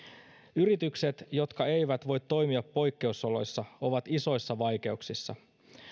yritykset jotka eivät voi toimia poikkeusoloissa ovat isoissa vaikeuksissa